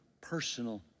personal